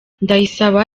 ndayisaba